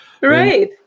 Right